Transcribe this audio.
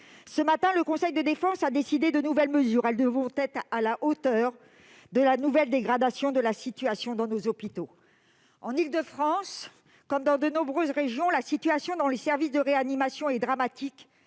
Ce matin, le conseil de défense a décidé de nouvelles mesures. Elles devront être à la hauteur de la nouvelle dégradation de la situation dans nos hôpitaux. En Île-de-France comme dans de nombreuses autres régions, la situation dans les services de réanimation est dramatique,